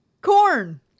corn